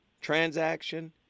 transaction